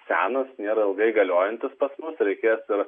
senas nėra ilgai galiojantis pas mus reikės ir